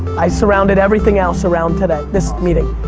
i surrounded everything else around today. this meeting,